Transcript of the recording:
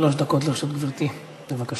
שלוש דקות לרשות גברתי, בבקשה.